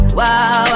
wow